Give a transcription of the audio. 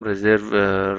رزرو